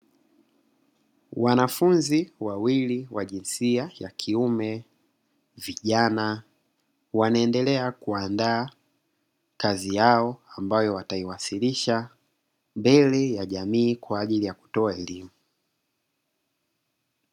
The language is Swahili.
Wanafunzi wawili wa jinsia ya kiume vijana wanaendelea kuandaa kazi yao ambayo wataiwasilisha mbele ya jamii kwa ajili ya kutoa elimu.